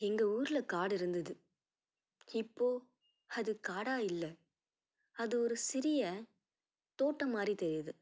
எங்கள் ஊரில் காடு இருந்தது இப்போது அது காடாக இல்லை அது ஒரு சிறிய தோட்டம் மாதிரி தெரியுது